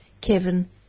Kevin